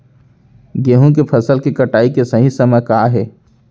गेहूँ के फसल के कटाई के सही समय का हे?